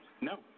No